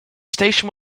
station